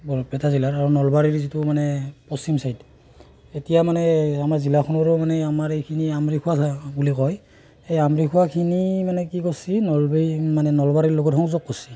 বৰপেটা জিলাৰ আৰু নলবাৰী যিটো মানে পশ্চিম ছাইড এতিয়া মানে আমাৰ জিলাখনৰো মানে আমাৰ এইখিনি আমলি খোৱা জেগা বুলি কয় এই আমলি খোৱাখিনি মানে কি কৰিছে নলবাৰী মানে নলবাৰীৰ লগত সংযোগ কৰিছে